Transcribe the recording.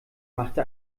machte